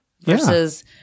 versus